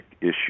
issue